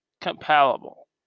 compatible